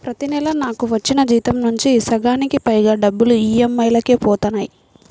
ప్రతి నెలా నాకు వచ్చిన జీతం నుంచి సగానికి పైగా డబ్బులు ఈ.ఎం.ఐ లకే పోతన్నాయి